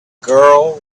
girl